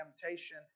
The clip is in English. temptation